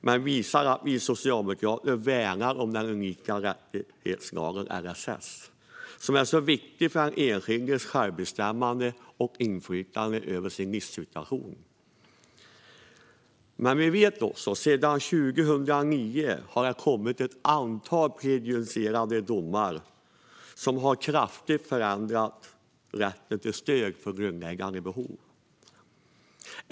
De visar att vi socialdemokrater värnar om den unika rättighetslagen LSS, som är så viktig för den enskildes självbestämmande och inflytande över sin livssituation. Vi vet också att det sedan 2009 har kommit ett antal prejudicerande domar som kraftigt har förändrat rätten till stöd för grundläggande behov.